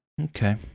Okay